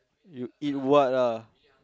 you eat what ah